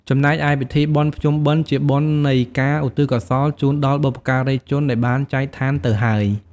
ចំណែកឯ ពិធីបុណ្យភ្ជុំបិណ្ឌជាបុណ្យនៃការឧទ្ទិសកុសលជូនដល់បុព្វការីជនដែលបានចែកឋានទៅហើយ។